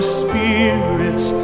spirits